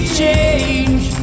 change